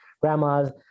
grandmas